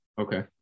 okay